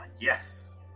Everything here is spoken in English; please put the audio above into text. yes